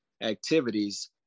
activities